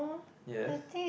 yes